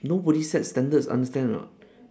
nobody sets standards understand or not